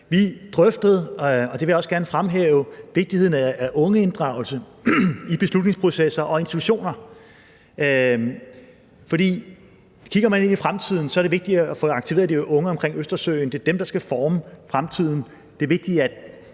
fremhæve – vigtigheden af ungeinddragelse i beslutningsprocesser og institutioner. For kigger man ind i fremtiden, er det vigtigt at få aktiveret de unge omkring i Østersøen. Det er dem, der skal forme fremtiden,